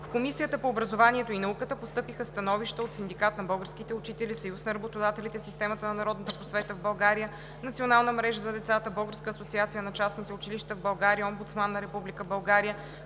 В Комисията по образованието и науката постъпиха становища от: Синдиката на българските учители, Съюза на работодателите в системата на народната просвета в България, Националната мрежа за децата, Българската асоциация на частните училища в България, Омбудсманът на Република България,